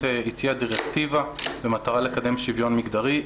הציע דירקטיבה במטרה לקדם שוויון מגדרי.